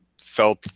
felt